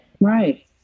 Right